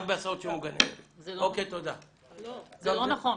אבל זה לא נכון.